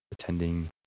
attending